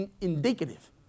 indicative